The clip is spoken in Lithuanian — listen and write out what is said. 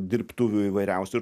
dirbtuvių įvairiausių ir